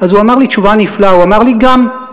אז הוא אמר לי תשובה נפלאה, הוא אמר לי, גם.